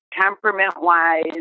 temperament-wise